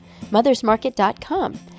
mothersmarket.com